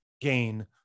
gain